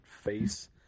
face